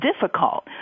difficult